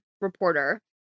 reporter